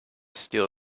steal